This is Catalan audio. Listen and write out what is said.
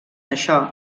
això